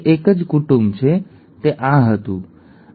તે એક જ કુટુંબ છે તેથી આ તે જ હતું ખરું ને